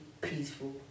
peaceful